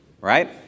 Right